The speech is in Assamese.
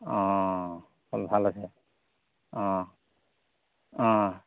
কল ভাল আছে